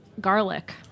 garlic